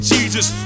Jesus